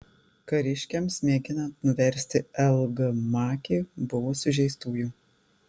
kariškiams mėginant nuversti l g makį buvo sužeistųjų